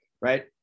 right